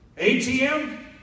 ATM